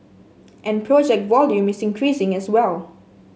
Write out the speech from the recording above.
and project volume is increasing as well